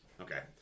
Okay